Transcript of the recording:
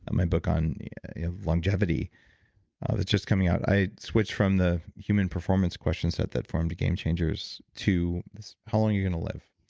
my book on longevity that's just coming out, i switched from the human performance questions that that formed game changers to how long are you going to live.